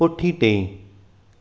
पुठिते